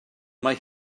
mae